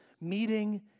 meeting